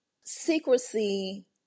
secrecy